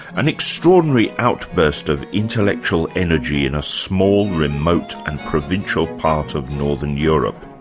an extraordinary outburst of intellectual energy in a small, remote and provincial part of northern europe.